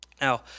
Now